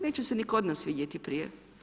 Neće se ni kod nas vidjeti prije.